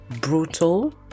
brutal